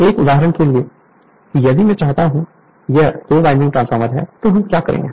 एक उदाहरण के लिए यदि मैं चाहता हूं कि यह दो वाइंडिंग ट्रांसफार्मर हो तो हम क्या करेंगे